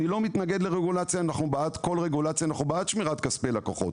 אני לא מתנגד לרגולציה; אנחנו בעד רגולציה ובעד שמירת כספי לקוחות,